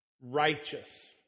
righteous